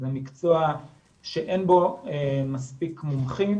זה מקצוע שאין בו מספיק מומחים,